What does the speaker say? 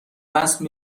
وصل